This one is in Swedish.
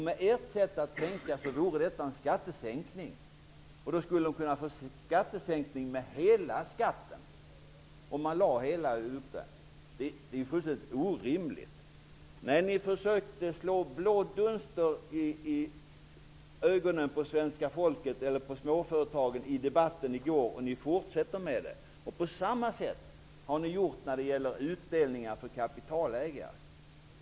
Med ert sätt att tänka vore detta en skattesänkning -- det skulle vara en skattesänkning med hela skatten om uppbörden läggs i januari. Det är fullständigt orimligt! Ni försökte slå blå dunster i ögonen på småföretagarna i debatten i går, och ni fortsätter med det. På samma sätt har ni gjort när det gäller utdelningar för kapitalägare.